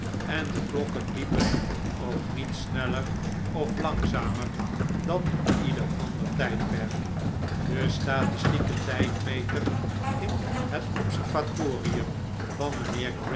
en de klokken liepen ook niet sneller of langzamer dan in ieder ander tijdperk de statistieke tijdmeter in het observatorium van mijnheer